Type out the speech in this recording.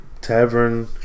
Tavern